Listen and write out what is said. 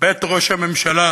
בית ראש הממשלה,